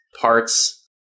parts